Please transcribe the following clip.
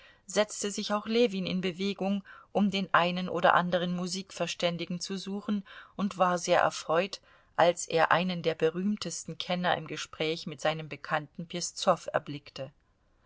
setzte sich auch ljewin in bewegung um den einen oder andern musikverständigen zu suchen und war sehr erfreut als er einen der berühmtesten kenner im gespräch mit seinem bekannten peszow erblickte